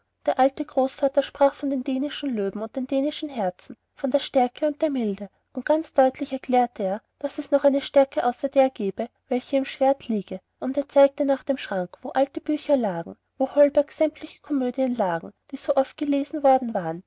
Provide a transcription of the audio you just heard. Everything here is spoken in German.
der alte großvater sprach von den dänischen löwen und den dänischen herzen von der stärke und der milde und ganz deutlich erklärte er daß es noch eine stärke außer der gebe welche im schwert liege und er zeigte nach dem schrank wo alte bücher lagen wo holberg's sämtliche komödien lagen die so oft gelesen worden waren